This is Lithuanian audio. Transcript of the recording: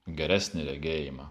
geresnį regėjimą